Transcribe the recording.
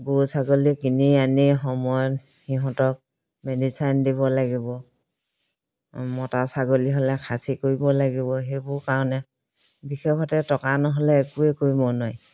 গৰু ছাগলী কিনি আনি সময়ত সিহঁতক মেডিচাইন দিব লাগিব মতা ছাগলী হ'লে খাচী কৰিব লাগিব সেইবোৰ কাৰণে বিশেষতে টকা নহ'লে একোৱে কৰিব নোৱাৰি